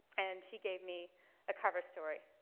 and she gave me a cover story.